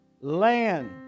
Land